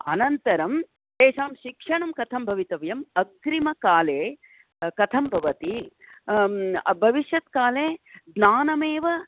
अनन्तरं तेषां शिक्षणं कथं भवितव्यम् अग्रिमकाले कथं भवति भविष्यत् काले ज्ञानमेव